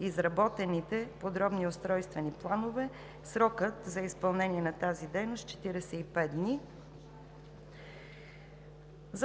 изработените подробни устройствени планове. Срокът за изпълнение на тази дейност е 45 дни.